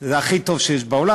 זה הכי טוב שיש בעולם.